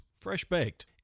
fresh-baked